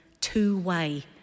two-way